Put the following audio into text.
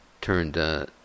turned